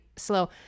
slow